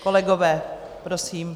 Kolegové, prosím.